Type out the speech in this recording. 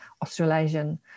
Australasian